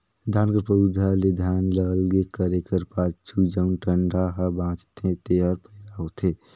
धान कर पउधा ले धान ल अलगे करे कर पाछू जउन डंठा हा बांचथे तेहर पैरा होथे